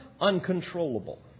uncontrollable